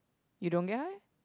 you don't get high